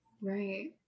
Right